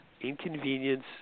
inconvenience